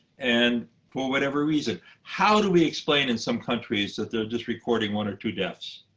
and for whatever reason. how do we explain in some countries that they're just recording one or two deaths?